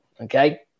okay